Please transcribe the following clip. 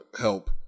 help